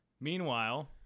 meanwhile